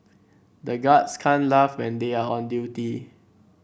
the guards can't laugh when they are on duty